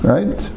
Right